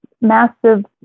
massive